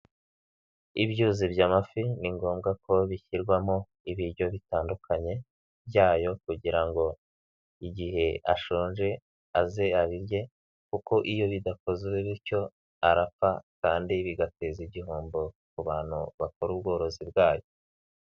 Ibyuzi by'amafi ni ngombwa ko bishyirwamo ibiryo bitandukanye byayo kugira ngo igihe ashonje aze abirye kuko iyo bidakozwe bityo arapfa kandi bigateza igihombo ku bantu bakora ubworozi bwayo.